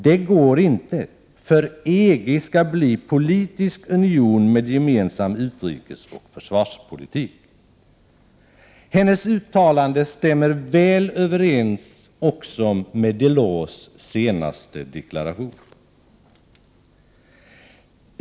Det går inte, för EG skall bli politisk union med gemensam utrikesoch försvarspolitik.” Hennes uttalande stämmer också väl överens med Delors senaste deklaration.